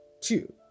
two